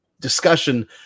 discussion